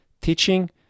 teaching